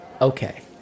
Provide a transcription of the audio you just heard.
Okay